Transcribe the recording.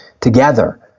together